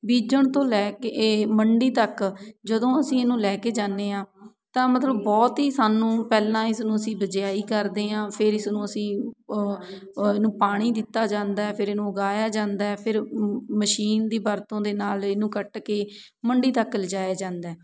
ਬੀਜਣ ਤੋਂ ਲੈ ਕੇ ਇਹ ਮੰਡੀ ਤੱਕ ਜਦੋਂ ਅਸੀਂ ਇਹਨੂੰ ਲੈ ਕੇ ਜਾਂਦੇ ਹਾਂ ਤਾਂ ਮਤਲਬ ਬਹੁਤ ਹੀ ਸਾਨੂੰ ਪਹਿਲਾਂ ਇਸਨੂੰ ਅਸੀਂ ਬਜਿਆਈ ਕਰਦੇ ਹਾਂ ਫਿਰ ਇਸਨੂੰ ਅਸੀਂ ਇਹਨੂੰ ਪਾਣੀ ਦਿੱਤਾ ਜਾਂਦਾ ਹੈ ਫਿਰ ਇਹਨੂੰ ਉਗਾਇਆ ਜਾਂਦਾ ਹੈ ਫਿਰ ਮਸ਼ੀਨ ਦੀ ਵਰਤੋਂ ਦੇ ਨਾਲ ਇਹਨੂੰ ਕੱਟ ਕੇ ਮੰਡੀ ਤੱਕ ਲਿਜਾਇਆ ਜਾਂਦਾ ਹੈ